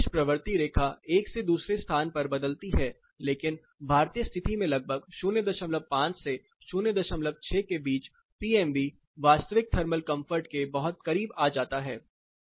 यह विशेष प्रवृत्ति रेखा एक से दूसरे स्थान पर बदलती है लेकिन भारतीय स्थिति में लगभग 05 से 06 के बीच पीएमवी वास्तविक थर्मल कंफर्ट के बहुत करीब आ जाता है